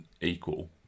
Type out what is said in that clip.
equal